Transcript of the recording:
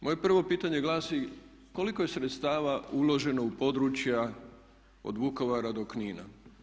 Moje prvo pitanje glasi, koliko je sredstava uloženo u područja od Vukovara do Knina?